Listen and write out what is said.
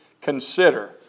consider